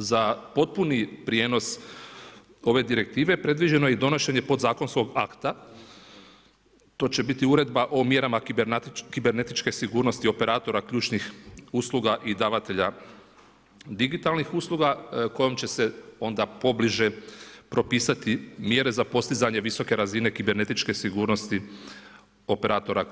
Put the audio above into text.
Za potpuni prijenos ove Direktive predviđeno je donošenje podzakonskog akta, to će biti Uredba o mjerama kibernetičke sigurnosti operatora ključnih usluga i davatelja digitalnih usluga kojom će se onda pobliže propisati mjere za postizanje visoke razine kibernetičke sigurnosti operatora